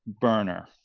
burner